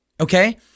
okay